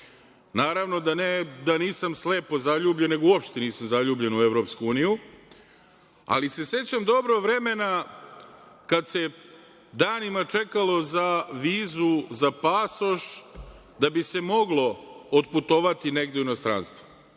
da nisam slepo zaljubljen, nego uopšte nisam zaljubljen u EU, ali se sećam dobro vremena kada se danima čekalo za vizu za pasoš da bi se moglo otputovati negde u inostranstvo.